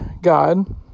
God